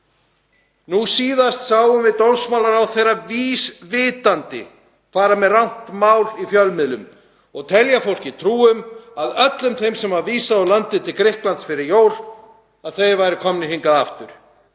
Nú síðast sáum við dómsmálaráðherra vísvitandi fara með rangt mál í fjölmiðlum og telja fólki trú um að allir þeir sem vísað var úr landi til Grikklands fyrir jól væru komnir hingað aftur.